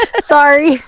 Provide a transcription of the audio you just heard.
sorry